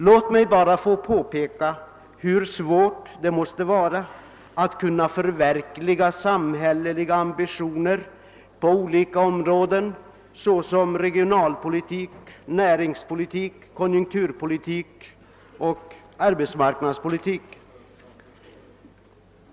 Låt mig bara få påpeka hur svårt det måste vara att förverkliga samhälleliga ambitioner på olika områden såsom i fråga om regionalpolitik, näringspolitik, konjunkturpolitik och arbetsmarknadspolitik.